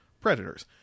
predators